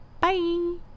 Bye